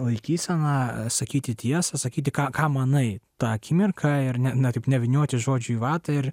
laikysena sakyti tiesą sakyti ką ką manai tą akimirką ir na taip nevynioti žodžių į vatą ir